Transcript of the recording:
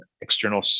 external